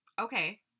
okay